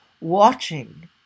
watching